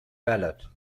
ballot